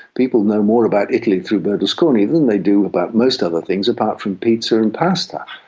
people know more about italy through berlusconi than they do about most other things, apart from pizza and pasta.